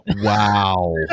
Wow